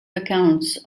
accounts